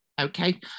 Okay